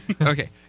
Okay